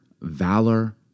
valor